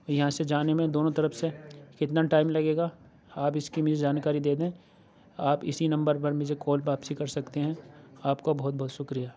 یہاں سے جانے میں دونوں طرف سے کتنا ٹائم لگے گا آپ اِس کی مجھے جانکاری دے دیں آپ اِسی نمبر پر مجھے کال واپسی کر سکتے ہیں آپ کا بہت بہت شُکریہ